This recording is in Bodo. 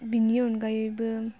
बिनि अनगायैबो